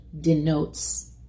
denotes